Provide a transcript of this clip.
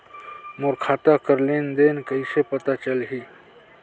मोर खाता कर लेन देन कइसे पता चलही?